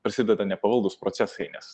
prasideda nepavaldūs procesai nes